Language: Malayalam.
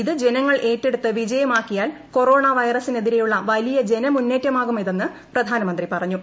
ഇത് ജനങ്ങൾ ഏറ്റെടുത്ത് വിജയമാക്കിയാൽ കൊറോണ വൈറസിനെതിരെയുള്ള വലിയ ജനമുന്നേറ്റമാകും അതെന്ന് പ്രധാനമന്ത്രി പറഞ്ഞു